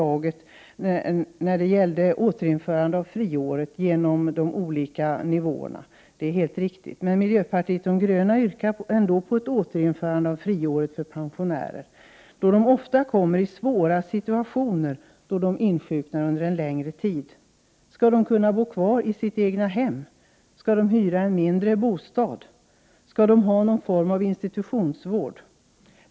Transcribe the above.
Det är riktigt att det första förslaget mildrades en del genom införande av de olika nivåerna. Men miljöpartiet de gröna yrkar ändå på återinförande av friåret för pensionärer. Pensionärer kommer ofta i svåra situationer, när de är sjuka under en längre tid. Skall de kunna bo kvar i sitt egnahem? Skall de hyra en mindre bostad? Skall de ha någon form av institutionsvård?